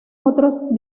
otras